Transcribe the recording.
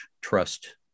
Trust